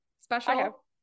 special